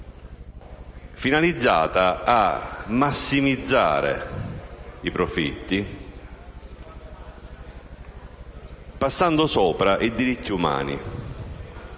finalizzata a massimizzare i profitti passando sopra ai diritti umani,